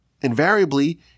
invariably